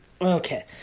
Okay